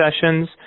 sessions